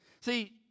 See